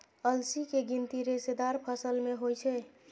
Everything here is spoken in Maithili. अलसी के गिनती रेशेदार फसल मे होइ छै